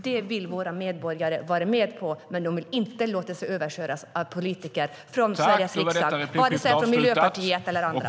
Det vill våra medborgare vara med på, men de vill inte låta sig överköras av politiker från Sveriges riksdag, vare sig från Miljöpartiet eller från andra.